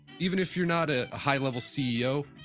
even if you're not a high-level ceo,